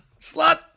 Slut